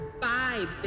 Bye